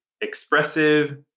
expressive